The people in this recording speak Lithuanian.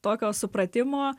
tokio supratimo